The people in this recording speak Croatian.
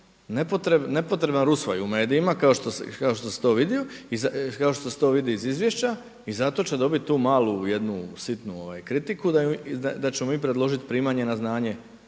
nepotreban rusvaj u medijima kao što se to vidi iz izvješća. I zato će dobit tu malu jednu sitnu kritiku da ćemo mi predložiti primanje na znanje